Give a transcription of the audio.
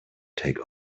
take